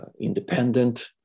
independent